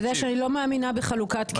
אתה יודע שאני לא מאמינה בחלוקת קשב.